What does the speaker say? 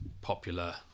popular